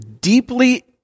deeply